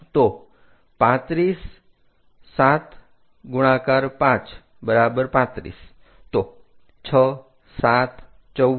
તો 35 75 35